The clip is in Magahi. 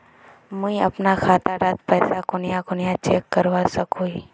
मुई अपना खाता डात पैसा कुनियाँ कुनियाँ चेक करवा सकोहो ही?